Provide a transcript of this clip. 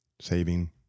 Saving